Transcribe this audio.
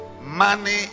money